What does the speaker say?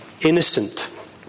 innocent